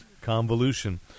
Convolution